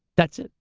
that's it.